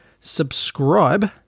subscribe